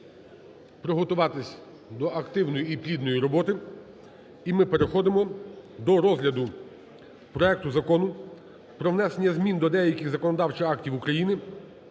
приготуватися до активної і плідної роботи. І ми переходимо до розгляду проекту Закону про внесення змін до деяких законодавчих актів України